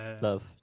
Love